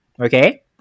Okay